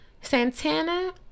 santana